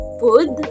food